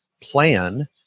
plan